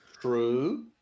True